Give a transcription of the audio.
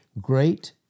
great